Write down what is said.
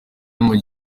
muri